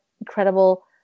incredible